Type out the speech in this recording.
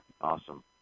awesome